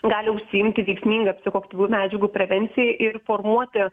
gali užsiimti veiksminga psichoaktyvių medžiagų prevencija ir formuoti